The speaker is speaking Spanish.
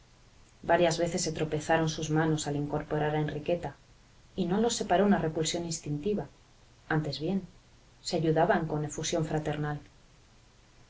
varias veces se tropezaron sus manos al incorporar a enriqueta y no los separó una repulsión instintiva antes bien se ayudaban con efusión fraternal